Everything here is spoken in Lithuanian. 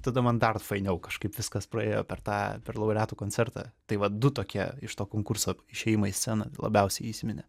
tada man dar fainiau kažkaip viskas praėjo per tą per laureatų koncertą tai va du tokie iš to konkurso išėjimai į sceną labiausiai įsiminė